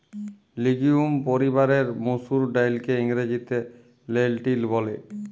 legume পরিবারের মসুর ডাইলকে ইংরেজিতে লেলটিল ব্যলে